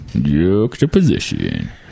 Juxtaposition